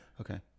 Okay